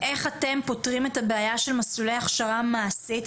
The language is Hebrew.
איך אתם פותרים את הבעיה של מסלולי הכשרה מעשית.